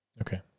Okay